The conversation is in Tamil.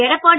எடப்பாடி